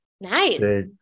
nice